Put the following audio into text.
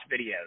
videos